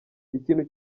ikintu